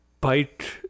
bite